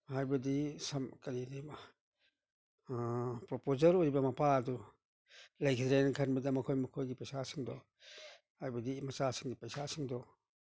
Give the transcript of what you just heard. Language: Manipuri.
ꯍꯥꯏꯕꯗꯤ ꯁꯝ ꯀꯔꯤ ꯑꯃ ꯄ꯭ꯔꯣꯄꯣꯖꯔ ꯑꯣꯏꯔꯤꯕ ꯃꯄꯥꯗꯨ ꯂꯩꯈꯤꯗ꯭ꯔꯦꯅ ꯈꯟꯕꯗ ꯃꯈꯣꯏ ꯃꯈꯣꯏꯒꯤ ꯄꯩꯁꯥꯁꯤꯡꯗꯣ ꯍꯥꯏꯕꯗꯤ ꯃꯆꯥꯁꯤꯡ ꯄꯩꯁꯥꯁꯤꯡꯗꯣ